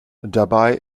dabei